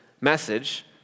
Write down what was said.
message